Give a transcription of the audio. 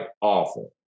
awful